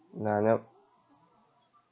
nah nope